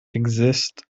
exists